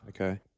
Okay